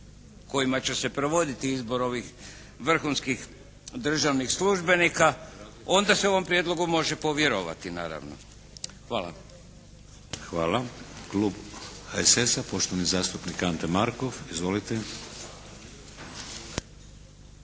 kojima će se provoditi izbor ovih vrhunskih državnih službenika onda se ovom prijedlogu može povjerovati, naravno. Hvala. **Šeks, Vladimir (HDZ)** Hvala. Klub HSS-a, poštovani zastupnik Ante Markov. Izvolite.